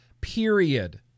period